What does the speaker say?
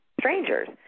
strangers